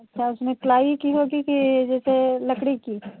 अच्छा उसमें प्लाई की होगी कि जैसे लकड़ी की